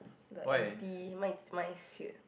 the empty mine is mine is filled